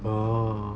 ah